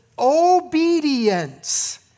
obedience